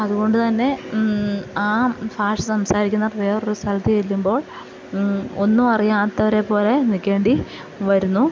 അതുകൊണ്ടുതന്നെ ആ ഭാഷ സംസാരിക്കുന്ന വേറൊരു സ്ഥലത്തു ചെല്ലുമ്പോൾ ഒന്നും അറിയാത്തവരെ പോലെ നിൽക്കേണ്ടി വരുന്നു